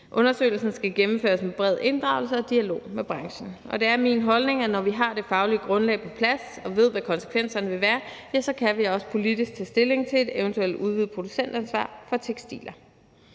Undersøgelsen skal gennemføres med bred inddragelse af og i dialog med branchen. Og det er min holdning, at vi, når vi har det faglige grundlag på plads og ved, hvad konsekvenserne vil være, så også politisk kan tage stilling til et eventuelt udvidet producentansvar for tekstiler.